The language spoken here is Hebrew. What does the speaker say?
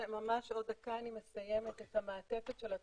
עוד דקה אסיים את המעטפת של התוכנית,